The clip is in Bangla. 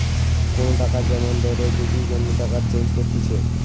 কোন টাকা যেমন দলের যদি অন্য টাকায় চেঞ্জ করতিছে